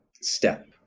step